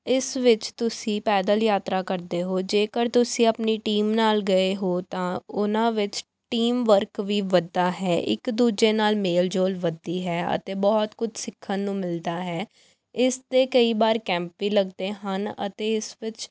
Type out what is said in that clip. ਇਸ ਵਿੱਚ ਤੁਸੀਂ ਪੈਦਲ ਯਾਤਰਾ ਕਰਦੇ ਹੋ ਜੇਕਰ ਤੁਸੀਂ ਆਪਣੀ ਟੀਮ ਨਾਲ ਗਏ ਹੋ ਤਾਂ ਉਹਨਾਂ ਵਿੱਚ ਟੀਮ ਵਰਕ ਵੀ ਵੱਧਦਾ ਹੈ ਇੱਕ ਦੂਜੇ ਨਾਲ ਮੇਲ ਜੋਲ ਵੱਧਦੀ ਹੈ ਅਤੇ ਬਹੁਤ ਕੁਝ ਸਿੱਖਣ ਨੂੰ ਮਿਲਦਾ ਹੈ ਇਸ ਦੇ ਕਈ ਵਾਰ ਕੈਂਪ ਵੀ ਲੱਗਦੇ ਹਨ ਅਤੇ ਇਸ ਵਿੱਚ